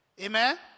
Amen